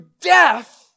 death